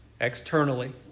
externally